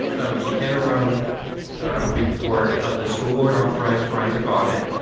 of the interim report of the school board authorized forensic audit,